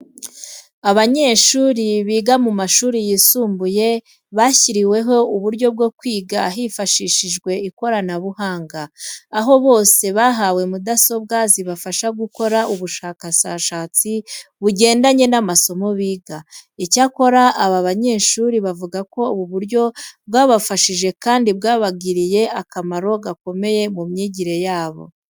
Abanyeshuri biga mu mashuri yisumbuye bashyiriweho uburyo bwo kwiga hifashishijwe ikoranabuhanga. Aho bose bahawe mudasobwa zibafasha gukora ubushakashatsi bugendanye n'amasomo biga. Icyakora aba banyeshuri bavuga ko ubu buryo bwabafashije kandi bwabagiriye akamaro gakomeye mu myigire yabo.